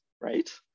right